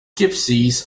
gypsies